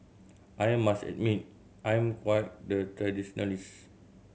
I must admit I'm quite the traditionalist